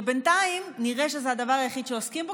בינתיים נראה שזה הדבר היחיד שעוסקים בו,